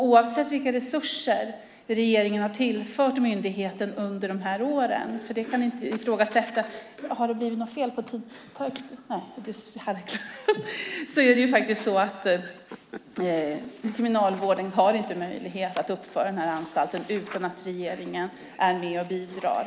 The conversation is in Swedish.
Oavsett vilka resurser som regeringen har tillfört myndigheten under åren har Kriminalvården inte möjlighet att uppföra anstalten utan att regeringen är med och bidrar.